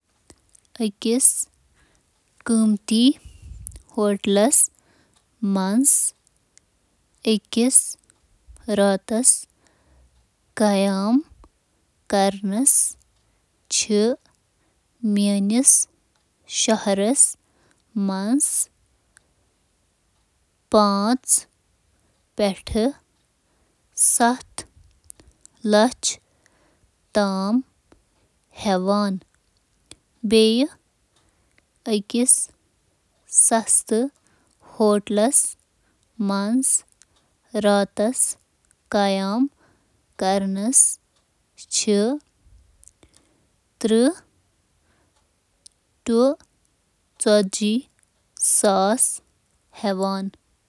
سری نگرَس منٛز ہٮ۪کہِ بجٹ ہوٹلَس منٛز أکِس رٲژ ہُنٛد قۭمَت ترٕہ ہتھ ٲٹھ سَتٕہ, رۄپیہِ تام ٲسِتھ، ییٚلہِ زَن پریمیم ہوٹلَس منٛز أکِس رٲژ ہُنٛد قۭمَت ہٮ۪کہِ تقریباً ستھ ساس زٕ ہتھ, پٮ۪ٹھٕ ,ستھ ساس ژور ہتھ رۄپیہِ ٲسِتھ۔